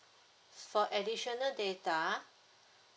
for additional data